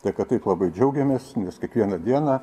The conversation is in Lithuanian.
tai kad taip labai džiaugiamės nes kiekvieną dieną